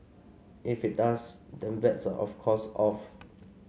if it does then bets are of course off